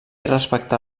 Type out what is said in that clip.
respectar